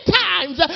times